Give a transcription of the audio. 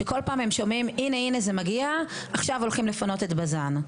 כשכל פעם הם שומעים הנה זה מגיע ועכשיו הולכים לפנות את בז"ן.